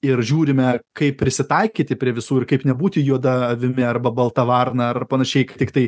ir žiūrime kaip prisitaikyti prie visų ir kaip nebūti juoda avimi arba balta varna ar panašiai tiktai